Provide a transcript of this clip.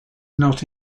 not